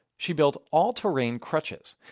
she built all-terrain crutches.